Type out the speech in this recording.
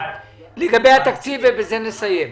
לגבי התקציב ובזה נסיים.